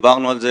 דיברנו על זה,